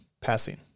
passing